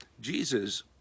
Jesus